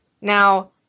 Now